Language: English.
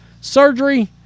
surgery